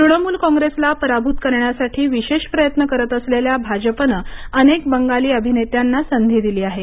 तृणमूल कॅग्रेसला पराभूत करण्यासाठी विशेष प्रयत्न करत असलेल्या भाजपनं अनेक बंगाली अभिनेत्यांना संधी दिली आहे